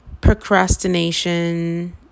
procrastination